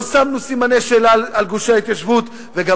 לא שמנו סימני שאלה על גושי ההתיישבות וגם